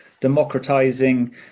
democratizing